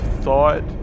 thought